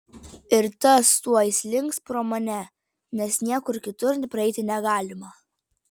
ir tas tuoj slinks pro mane nes niekur kitur praeiti negalima